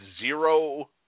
zero